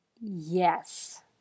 Yes